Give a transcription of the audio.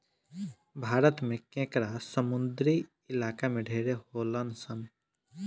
भारत में केकड़ा समुंद्री इलाका में ढेर होलसन